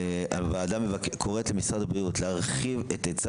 הוועדה קוראת למשרד הבריאות להרחיב את היצע